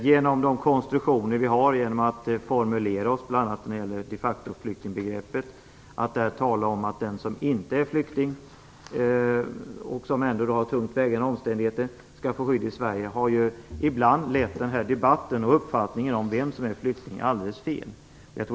Genom konstruktionen av bl.a. de facto-flyktingbegreppet, som innebär att den som inte är flykting men som ändå har tungt vägande skäl skall få skydd i Sverige, har ibland lett debatten och uppfattningen om vem som räknas som flykting alldeles fel.